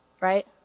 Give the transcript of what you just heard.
right